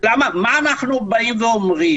מה אנחנו באים ואומרים?